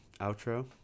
outro